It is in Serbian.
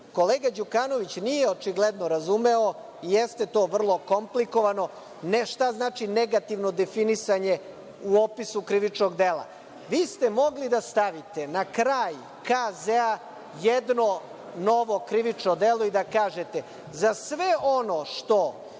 zna. Kolega Đukanović nije očigledno razumeo i jeste to vrlo komplikovano, ne šta znači negativno definisanje u opisu krivičnog dela. Vi ste mogli da stavite na kraj KZ jedno novo krivično delo i da kažete – za sve ono što